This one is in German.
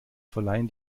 verleihen